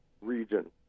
region